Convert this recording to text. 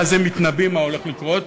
ואז הם מתנבאים מה הולך לקרות